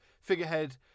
figurehead